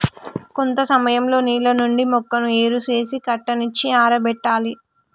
కొంత సమయంలో నేల నుండి మొక్కను ఏరు సేసి కట్టనిచ్చి ఆరబెట్టాలి